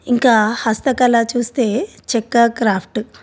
ఇంకా హస్తకళ చూస్తే చెక్క క్రాఫ్ట్